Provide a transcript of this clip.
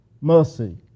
mercy